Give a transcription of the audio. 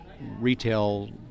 retail